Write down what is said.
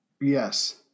Yes